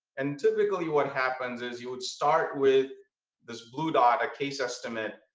and typically what happens is you would start with this blue dot, a case estimate.